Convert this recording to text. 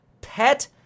pet